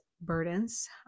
burdens